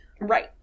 Right